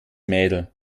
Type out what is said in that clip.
mädel